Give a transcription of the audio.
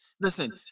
listen